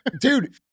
dude